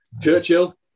Churchill